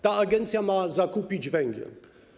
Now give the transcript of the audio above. Ta agencja ma zakupić węgiel.